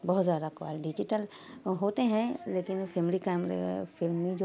بہت زیادہ quality digital ہوتے ہیں لیکن فلمی کیمرے فلمی جو کیمرے ہیں وہ الگ ہوتے ہیں ان کی کوالٹی بہت بڑھیا ہوتی ہے